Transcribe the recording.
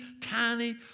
tiny